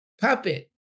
puppet